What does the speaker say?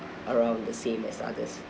around the same as others